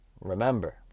remember